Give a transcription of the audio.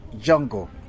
jungle